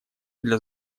для